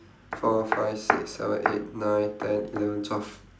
four five six seven eight nine ten eleven twelve